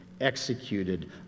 executed